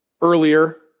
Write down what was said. earlier